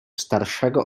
starszego